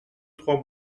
trois